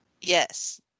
Yes